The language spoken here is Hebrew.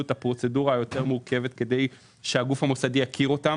את הפרוצדורה המורכבת יותר כדי שהגוף המוסדי יכיר אותם